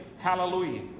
Hallelujah